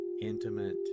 intimate